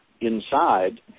inside